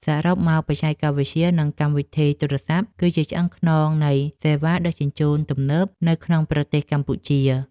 សរុបមក បច្ចេកវិទ្យា និងកម្មវិធីទូរសព្ទគឺជាឆ្អឹងខ្នងនៃសេវាដឹកជញ្ជូនទំនើបនៅក្នុងប្រទេសកម្ពុជា។